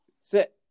sit